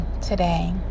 today